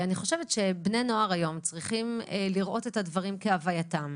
אני חושבת שבני נוער היום צריכים לראות את הדברים כהווייתם,